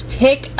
pick